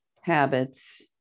habits